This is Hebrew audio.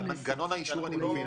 את מנגנון האישור אני מבין.